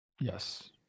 Yes